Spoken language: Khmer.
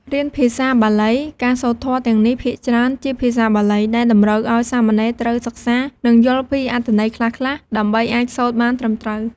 រៀនភាសាបាលី ការសូត្រធម៌ទាំងនេះភាគច្រើនជាភាសាបាលី ដែលតម្រូវឱ្យសាមណេរត្រូវសិក្សា និងយល់ពីអត្ថន័យខ្លះៗ ដើម្បីអាចសូត្របានត្រឹមត្រូវ។